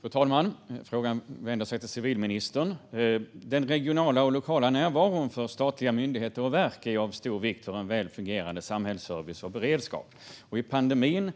Fru talman! Min fråga riktar sig till civilministern. Den regionala och lokala närvaron för statliga myndigheter och verk är av stor vikt för en väl fungerande samhällsservice och beredskap. Under pandemin,